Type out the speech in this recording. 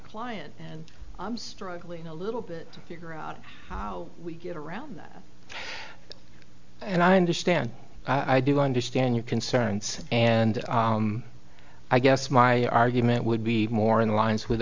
client and i'm struggling a little bit figure out how we get around that and i understand i do understand your concerns and i guess my argument would be more in lines w